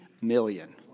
million